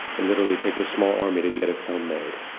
it literally takes a small army to get a film made.